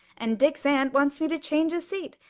and dick's aunt wants me to change his seat,